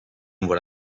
what